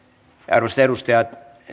arvoisat edustajat